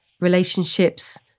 relationships